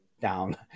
down